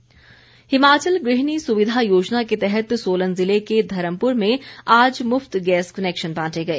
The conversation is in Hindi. सैजल हिमाचल गृहिणी सुविधा योजना के तहत सोलन जिले के धर्मपुर में आज मुफ्त गैस कनेक्शन बांटे गए